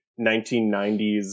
1990s